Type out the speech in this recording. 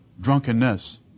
drunkenness